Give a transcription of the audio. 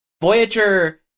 Voyager